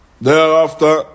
Thereafter